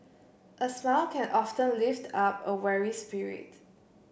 a smile can often lift up a weary spirit